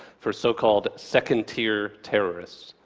for so-called second-tier terrorists.